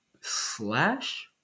slash